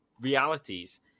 realities